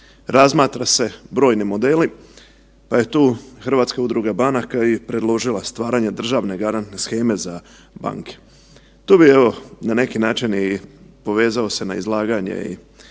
Razmatra se brojni modeli pa je tu Hrvatska udruga banaka i predložila stvaranje državne garantne sheme za banke. Tu bi evo, na neki način i povezao se na izlaganje i prof.